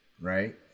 right